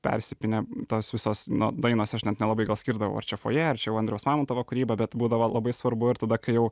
persipynė tos visos dainos aš net nelabai gal skirdavau ar čia foje ar čia jau andriaus mamontovo kūryba bet būdavo labai svarbu ir tada kai jau